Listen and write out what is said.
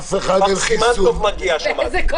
גם סימנטוב מגיע, שמעתי.